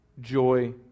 joy